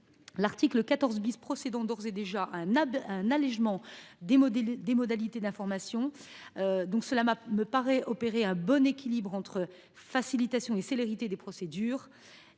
L’article 14 procède d’ores et déjà à un allégement des modalités d’information, qui me paraît traduire un bon équilibre entre facilitation et célérité des procédures,